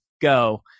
go